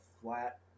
flat